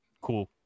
Cool